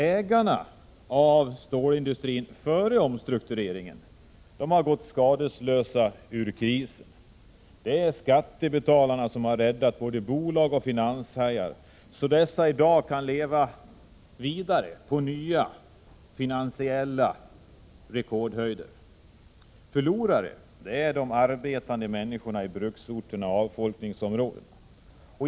Ägarna av stålindustrin före omstruktureringen har gått skadeslösa ur krisen. Det är skattebetalarna som har räddat både bolag och finanshajar, så att dessa i dag kan leva vidare på nya finansiella rekordhöjder. Förlorare är de arbetande, människorna i bruksorterna och avfolkningsområdena.